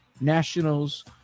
Nationals